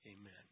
amen